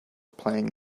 playing